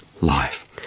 life